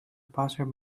passer